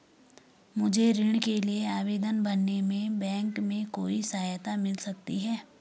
मुझे ऋण के लिए आवेदन भरने में बैंक से कोई सहायता मिल सकती है?